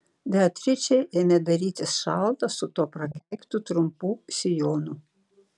beatričei ėmė darytis šalta su tuo prakeiktu trumpu sijonu